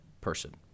person